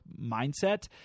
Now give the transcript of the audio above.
mindset